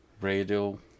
radio